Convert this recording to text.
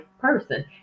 person